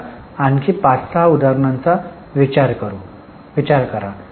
आता आणखी 5 6 उदाहरणांचा विचार करा